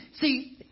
see